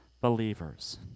believers